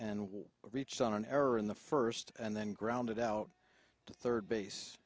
was reached on an error in the first and then grounded out to third base